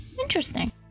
interesting